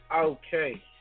Okay